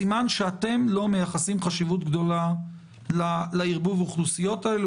סימן שאתם לא מייחסים חשיבות גדולה לערבוב האוכלוסיות הזה,